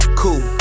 cool